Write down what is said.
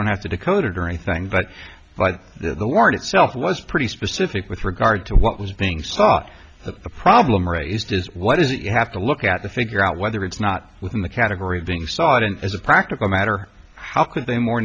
don't have to decode it or anything but but the word itself was pretty specific with regard to what was being sought the problem raised is what is it you have to look at the figure out whether it's not within the category of being sought and as a practical matter how could they more